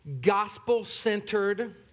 gospel-centered